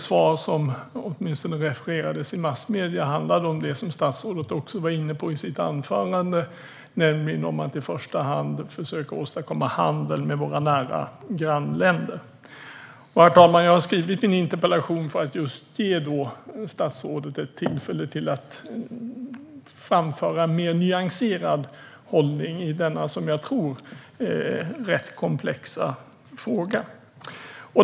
Svaret - åtminstone det som refererades i massmedierna - handlade om något som statsrådet också var inne på i sitt interpellationssvar, nämligen om att i första hand försöka åstadkomma handel med våra nära grannländer. Herr talman! Jag har skrivit min interpellation för att ge statsrådet ett tillfälle att framföra en mer nyanserad hållning i denna - som jag tror - rätt komplexa fråga.